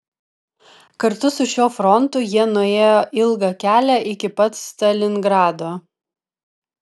kartu su šiuo frontu jie nuėjo ilgą kelią iki pat stalingrado